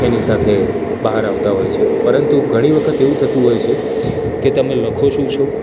એની સાથે બહાર આવતા હોય છે પરંતુ ઘણી વખત એવું થતું હોય છે કે તમે લખો શું છો